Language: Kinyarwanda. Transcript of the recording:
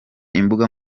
imbuga